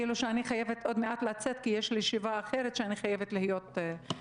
אני חייבת עוד מעט לצאת כי יש לי ישיבה אחרת שאני חייבת להיות בה.